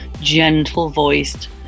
gentle-voiced